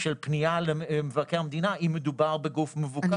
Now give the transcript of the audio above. של פנייה למבקר המדינה אם מדובר בגוף מבוקר.